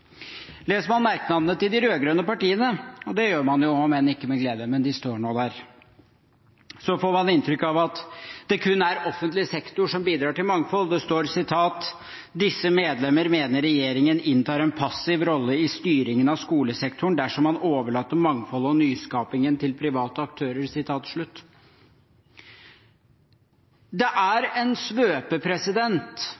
Leser man merknadene til de rød-grønne partiene, og det gjør man jo – om enn ikke med glede, men de står nå der – får man inntrykk av at det kun er offentlig sektor som bidrar til mangfold. Det står: «Disse medlemmer mener regjeringen inntar en passiv rolle i styringen av skolesektoren dersom man overlater mangfoldet og nyskapingen til private aktører.» Det er en svøpe,